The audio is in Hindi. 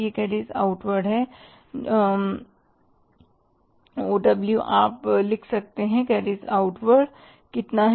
यह कैरिज आउटवार्ड ओ डब्ल्यू आप लिख सकते हैं कैरिज आउटवार्डकितनी है